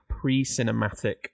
pre-cinematic